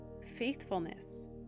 faithfulness